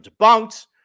debunked